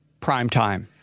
primetime